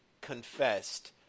confessed